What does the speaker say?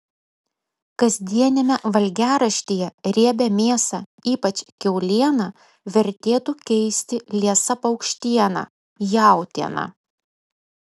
kasdieniame valgiaraštyje riebią mėsą ypač kiaulieną vertėtų keisti liesa paukštiena jautiena